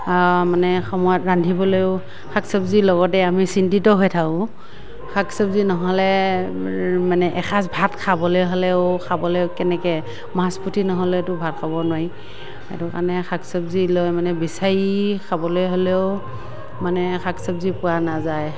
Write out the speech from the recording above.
মানে সময়ত ৰান্ধিবলৈয়ো শাক চবজি লগতে আমি চিন্তিত হৈ থাকোঁ শাক চবজি নহ'লে মানে এসাঁজ ভাত খাবলৈ হ'লেও খাবলৈ কেনেকৈ মাছ পুঠি নহ'লেতো ভাত খাব নোৱাৰি সেইটো কাৰণে শাক চবজি লৈ মানে বিচাৰি খাবলৈ হ'লেও মানে শাক চবজি পোৱা নাযায়